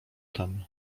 tem